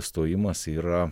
stojimas yra